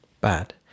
bad